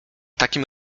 takim